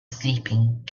sleeping